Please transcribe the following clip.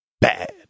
bad